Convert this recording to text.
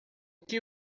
que